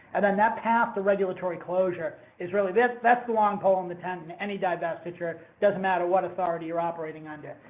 and then that path to regulatory closure is really this, that's the long pole in the tent in any divestiture. it doesn't matter what authority you're operating under.